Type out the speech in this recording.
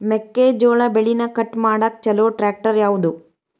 ಮೆಕ್ಕೆ ಜೋಳ ಬೆಳಿನ ಕಟ್ ಮಾಡಾಕ್ ಛಲೋ ಟ್ರ್ಯಾಕ್ಟರ್ ಯಾವ್ದು?